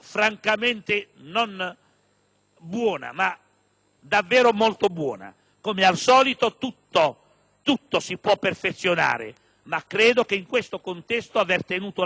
tutto si può perfezionare, ma in questo contesto aver tenuto la barra a dritta per i conti pubblici, aver aperto lo spiraglio per alcuni investimenti immediati,